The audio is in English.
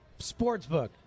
Sportsbook